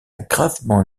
gravement